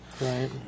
Right